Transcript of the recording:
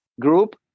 group